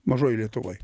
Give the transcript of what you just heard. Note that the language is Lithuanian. mažoj lietuvoj